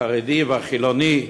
החרדי והחילוני.